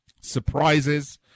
surprises